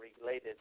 related